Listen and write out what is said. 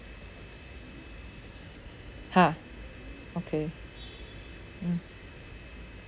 ha okay mm